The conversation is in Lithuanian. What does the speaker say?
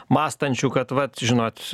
mąstančių kad vat žinot